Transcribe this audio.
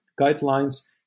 guidelines